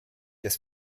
des